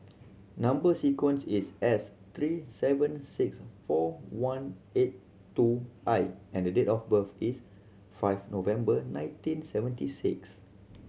number sequence is S three seven six four one eight two I and date of birth is five November nineteen seventy six